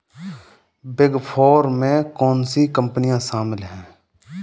Big four में कौन सी कंपनियाँ शामिल हैं?